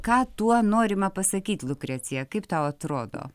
ką tuo norima pasakyti lukrecija kaip tau atrodo